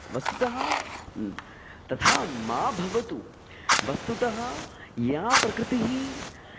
वस्तुतः तथा मा भवतु वस्तुतः या प्रकृतिः